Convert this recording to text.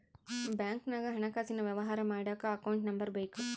ಬ್ಯಾಂಕ್ನಾಗ ಹಣಕಾಸಿನ ವ್ಯವಹಾರ ಮಾಡಕ ಅಕೌಂಟ್ ನಂಬರ್ ಬೇಕು